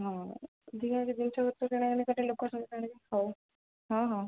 ହଁ ଜିନିଷ ପତ୍ର କିଣାକିଣି ଲୋକ କିଣିକି ହଉ ହଁ ହଁ